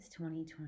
2020